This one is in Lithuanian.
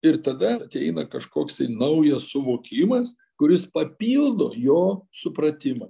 ir tada ateina kažkoks tai naujas suvokimas kuris papildo jo supratimą